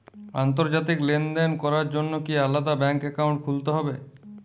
আন্তর্জাতিক লেনদেন করার জন্য কি আলাদা ব্যাংক অ্যাকাউন্ট খুলতে হবে?